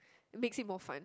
makes it more fun